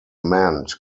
meant